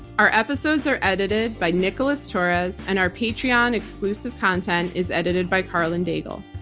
our episodes are edited by nicholas torres, and our patreon-exclusive content is edited by karlyn daigle.